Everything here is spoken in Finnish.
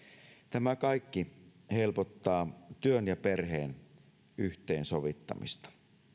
tämä kaikki helpottaa työn ja perheen yhteensovittamista